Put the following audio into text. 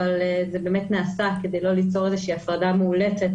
אבל זה באמת נעשה כדי לא ליצור איזה שהיא הפרדה מאולצת